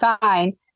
fine